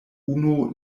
unu